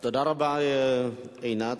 תודה רבה, עינת.